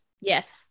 Yes